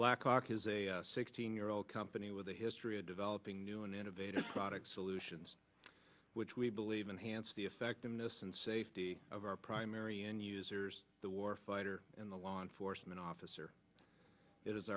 blacklock is a sixteen year old company with a history of developing new and innovative products solutions which we believe enhanced the effectiveness and safety of our primary end users the war fighter and the law enforcement officer i